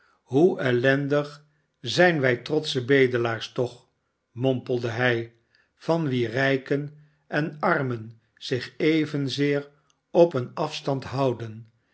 hoe ellendig zijn wij trotsche bedelaars toch mompelde hij van wie rijken en armen zich evenzeer op een afstand houden